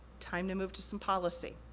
time to move to some policy.